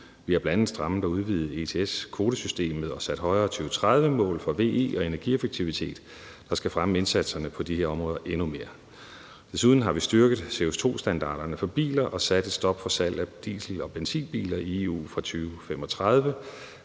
Vi har bl.a. strammet og udvidet ETS-kvotesystemet og sat højere 2030-mål for VE og energieffektivitet, der skal fremme indsatserne på de her områder endnu mere. Desuden har vi styrket CO2-standarderne for biler og sat et stop for salg af diesel- og benzinbiler i EU fra 2035.